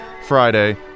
Friday